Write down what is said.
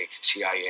CIA